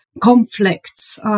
conflicts